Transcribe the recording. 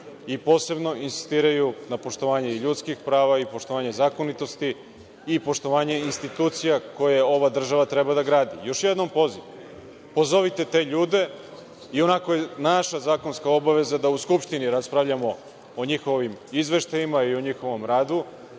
i posebno insistiraju na poštovanju ljudskih prava, poštovanju zakonitosti i poštovanju institucija koje ova država treba da gradi. Još jednom poziv, pozovite te ljude, ionako je naša zakonska obaveza da u Skupštini raspravljamo o njihovim izveštajima i o njihovom radu,